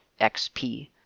XP